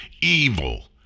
evil